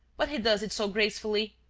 but he does it so gracefully.